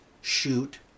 shoot